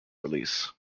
release